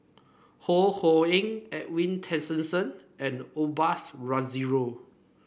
Ho Ho Ying Edwin Tessensohn and Osbert Rozario